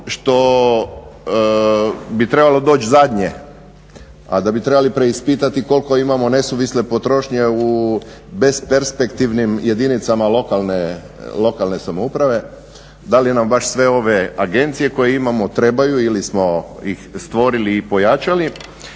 što bi trebalo doći zadnje, a da bi trebali preispitati koliko imamo nesuvisle potrošnje u besperspektivnim jedinicama lokalne samouprave. Da li nam baš sve ove agencije koje imamo trebaju ili smo ih stvorili i pojačali